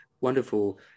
wonderful